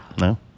No